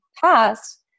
passed